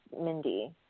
Mindy